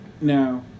Now